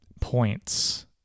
points